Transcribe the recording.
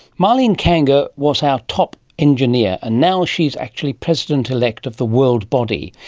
marlene kanga was our top engineer and now she's actually president elect of the world body,